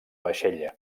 vaixella